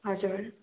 हजुर